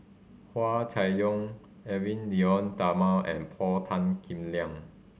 Hua Chai Yong Edwy Lyonet Talma and Paul Tan Kim Liang